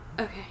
Okay